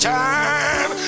time